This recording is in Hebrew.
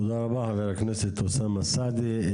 תודה רבה חבר הכנסת אוסאמה סעדי.